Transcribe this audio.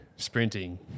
sprinting